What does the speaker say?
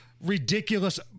ridiculous